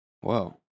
Whoa